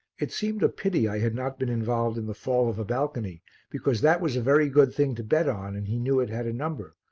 it seemed a pity i had not been involved in the fall of a balcony because that was a very good thing to bet on and he knew it had a number,